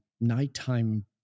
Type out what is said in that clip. nighttime